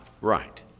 right